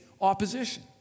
opposition